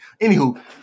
Anywho